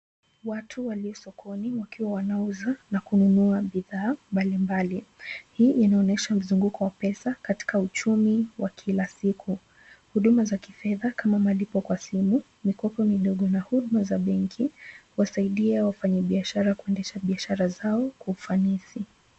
Watu waliosokoni wakiwa wanaoza na kununua bidhaa mbalimbali. Hii inaonyesha mzunguko wa pesa katika uchumi wa kila siku. Huduma za kifedha kama malipo kwa simu, mikopo midogo, na huduma za benki huwasaidia wafanyabiashara kuendesha biashara zao kwa ufanisi.